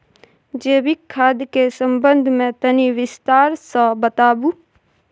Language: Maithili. जैविक खाद के संबंध मे तनि विस्तार स बताबू?